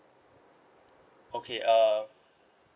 okay uh